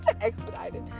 expedited